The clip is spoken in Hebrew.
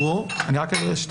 ו-ד'